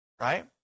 Right